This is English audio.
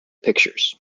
pictures